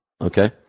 Okay